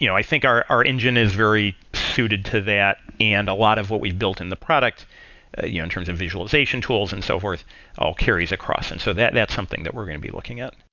you know i think our our engine is very suited to that and a lot of what we've built in the product ah yeah in terms of visualization tools and so forth all carries across. and so that's something that we're going to be looking at.